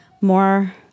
more